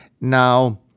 Now